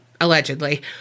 allegedly